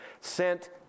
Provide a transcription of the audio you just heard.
sent